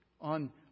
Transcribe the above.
on